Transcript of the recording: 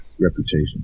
reputation